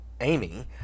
Amy